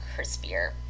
crispier